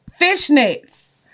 fishnets